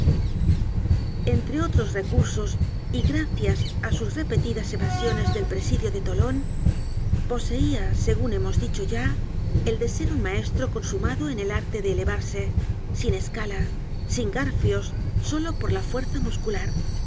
entre otros recursos y gracias á sus repetidas evasiones del presidio de tolon poseia segun hemos dicho ya el de ser un maestro consumado en el arte de elevarse sin escala sin garfios solo por la fuerza muscular